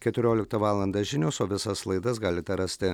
keturioliktą valandą žinios o visas laidas galite rasti